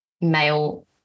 male